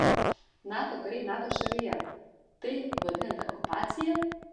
nato kariai nato šalyje tai vadinate okupacija